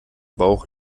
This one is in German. bauch